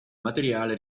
materiale